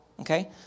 Okay